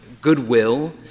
goodwill